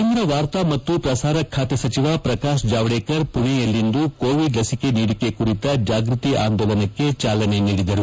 ಕೇಂದ್ರ ವಾರ್ತಾ ಮತ್ತು ಪ್ರಸಾರ ಖಾತೆ ಸಚಿವ ಪ್ರಕಾಶ್ ಜಾವಡೇಕರ್ ಪುಣೆಯಲ್ಲಿಂದು ಕೋವಿಡ್ ಲಸಿಕೆ ನೀಡಿಕೆ ಕುರಿತ ಜಾಗೃತಿ ಆಂದೋಲನಕ್ಕೆ ಚಾಲನೆ ನೀಡಿದರು